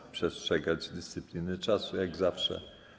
Będę przestrzegać dyscypliny czasu, jak zawsze.